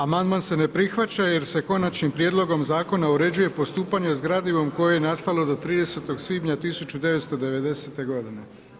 Amandman se ne prihvaća jer se konačnim prijedlogom zakona uređuje postupanje sa gradivom koje je nastalo do 30. svibnja 1990. godine.